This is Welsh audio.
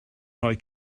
rhoi